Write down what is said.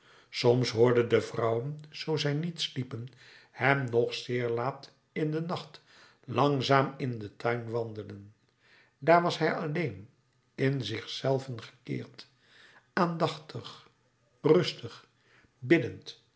soms hoorden de vrouwen zoo zij niet sliepen hem nog zeer laat in den nacht langzaam in den tuin wandelen daar was hij alleen in zich zelven gekeerd aandachtig rustig